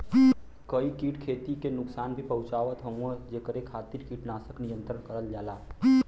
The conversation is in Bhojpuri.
कई कीट खेती के नुकसान भी पहुंचावत हउवन जेकरे खातिर कीटनाशक नियंत्रण करल जाला